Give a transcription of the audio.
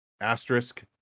asterisk